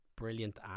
brilliant